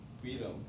freedom